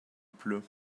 pleut